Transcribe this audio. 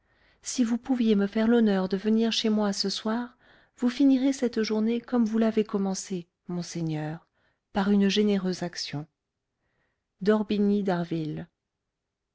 si vous pouviez me faire l'honneur de venir chez moi ce soir vous finirez cette journée comme vous l'avez commencée monseigneur par une généreuse action dorbigny dharville